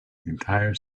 entire